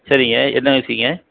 சரிங்க என்ன விஷயங்க